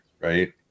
right